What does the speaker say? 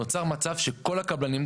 נוצר מצב שכל הקבלנים,